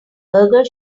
burger